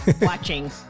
watching